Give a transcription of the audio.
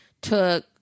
took